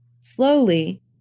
Slowly